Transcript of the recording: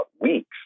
weeks